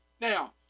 Now